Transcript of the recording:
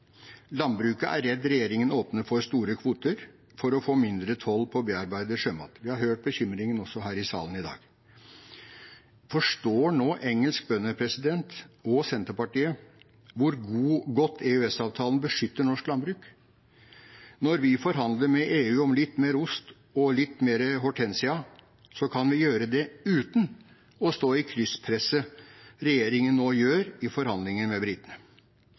Landbruket er redd for at regjeringen åpner for store kvoter for å få mindre toll på bearbeidet sjømat. Vi har hørt bekymringen også her i salen i dag. Forstår nå bønder – og Senterpartiet – hvor godt EØS-avtalen beskytter norsk landbruk? Når vi forhandler med EU om litt mer ost og litt mer hortensia, kan vi gjøre det uten å stå i krysspresset som regjeringen nå gjør i forhandlinger med britene.